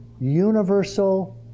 universal